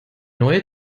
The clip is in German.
neue